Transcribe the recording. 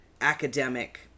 academic